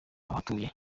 abatuye